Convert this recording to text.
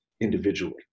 individually